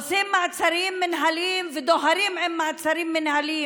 עושים מעצרים מינהליים ודוהרים עם מעצרים מינהליים.